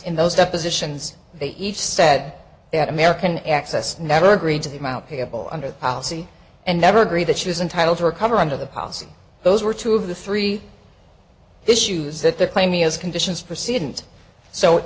in those depositions they each said that american excess never agreed to the amount payable under the policy and never agreed that she was entitled to recover under the policy those were two of the three issues that the claim me as conditions proceed